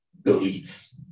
Belief